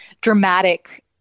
dramatic